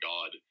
God